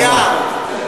ומה שקורה שם זה שערורייה.